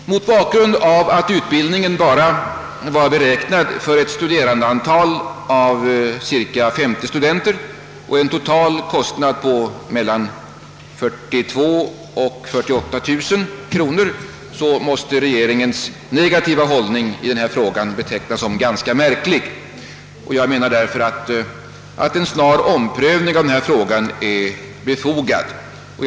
Mot bakgrund av att utbildningen endast var beräknad för ett studerandeantal om cirka 50 studenter och att den totala kostnaden inte uppskattades till mer än mellan 42 000 och 48 000 kronor måste regeringens negativa hållning i denna fråga betecknas som märklig. Jag menar därför att en snar omprövning av frågan är befogad. Herr talman!